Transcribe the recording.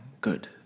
Good